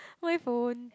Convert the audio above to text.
my phone